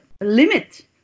limit